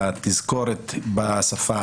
על התזכורת בשפה,